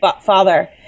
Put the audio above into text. father